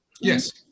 Yes